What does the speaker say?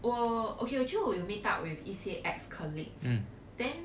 我 okay 我就有 meet up with some ex colleague then